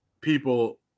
people